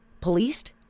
policed